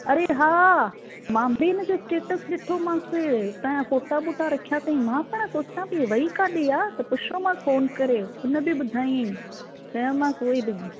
अरे हाआ मां बि हिनजो स्टेटस डि॒ठोमांसि हुतां जा फोटा वोटा रखियां अथईं मां पाण सोचां पई हीअ वई काडे॒ आहे त पुछोमांसि फोन करे हुन बि ॿुधाईं चयोमांसि उहोई